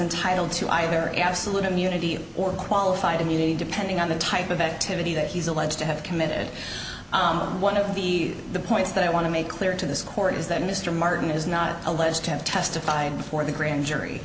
entitled to either absolute immunity or qualified immunity depending on the type of activity that he's alleged to have committed one of the points that i want to make clear to this court is that mr martin is not alleged to have testified before the grand jury